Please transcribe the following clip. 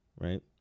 right